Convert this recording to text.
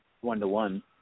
one-to-one